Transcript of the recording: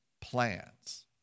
plans